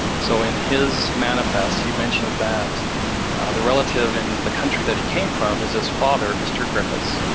so in his manifest, he mentions that the relative in the country that he came from is his father, mr. griffiths,